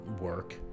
work